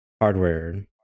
hardware